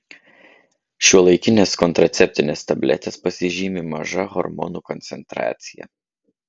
šiuolaikinės kontraceptinės tabletės pasižymi maža hormonų koncentracija